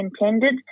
intended